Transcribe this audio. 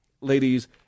ladies